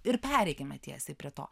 ir pereikime tiesiai prie to